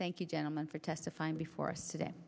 thank you gentlemen for testifying before us today